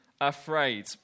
afraid